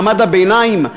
מעמד הביניים,